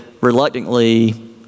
reluctantly